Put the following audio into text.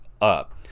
up